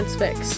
fix